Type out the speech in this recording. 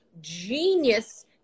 genius